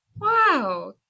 wow